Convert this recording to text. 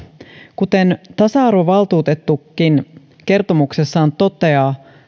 kuten tasa arvovaltuutettukin kertomuksessaan toteaa